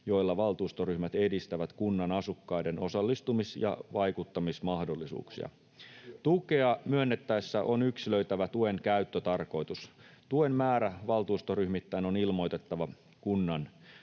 joilla valtuustoryhmät edistävät kunnan asukkaiden osallistumis- ja vaikuttamismahdollisuuksia. Tukea myönnettäessä on yksilöitävä tuen käyttötarkoitus. Tuen määrä valtuustoryhmittäin on ilmoitettava kunnan